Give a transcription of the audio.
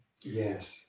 Yes